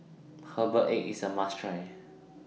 Herbal Egg IS A must Try